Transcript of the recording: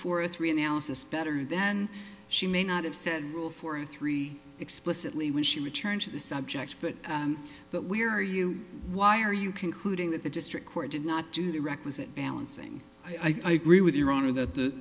for three analysis better then she may not have said rule four three explicitly when she returned to the subject but but we're you why are you concluding that the district court did not do the requisite balancing i gree with your honor th